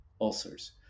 ulcers